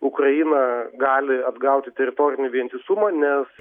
ukraina gali atgauti teritorinį vientisumą nes